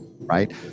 right